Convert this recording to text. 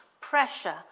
pressure